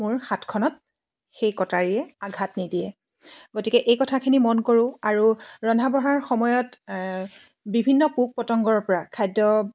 মোৰ হাতখনত সেই কটাৰীয়ে আঘাত নিদিয়ে গতিকে এই কথাখিনি মন কৰোঁ আৰু ৰন্ধা বঢ়াৰ সময়ত বিভিন্ন পোক পতঙ্গৰ পৰা খাদ্য